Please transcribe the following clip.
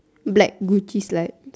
black gucci slacks